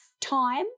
time